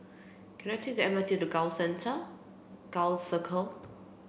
can I take the M R T to Gul Center Gul Circle